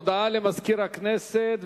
הודעה למזכיר הכנסת,